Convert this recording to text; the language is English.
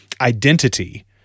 identity